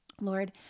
Lord